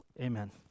Amen